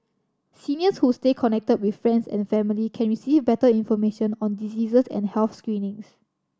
seniors who stay connected with friends and family can receive better information on diseases and health screenings